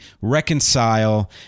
reconcile